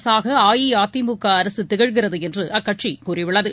அரசாகஅஇஅதிமுகஅரசுதிகழ்கிறதுஎன்றுஅக்கட்சிகூறியுள்ளது